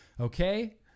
Okay